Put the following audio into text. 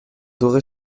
doré